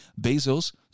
Bezos